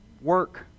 work